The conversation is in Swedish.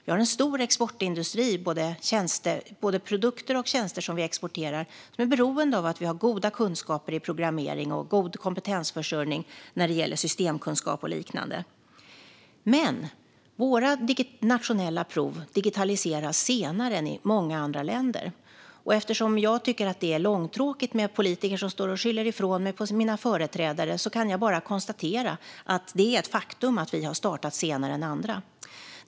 Vi har en stor exportindustri och exporterar både produkter och tjänster, vilket är beroende av att vi har goda kunskaper i programmering och god kompetensförsörjning när det gäller systemkunskap och liknande. Men vi digitaliserar våra nationella prov senare än man gör i många andra länder. Eftersom jag tycker att det är långtråkigt med politiker som står och skyller ifrån sig på sina företrädare kan jag bara konstatera att det är ett faktum att vi har startat senare än andra.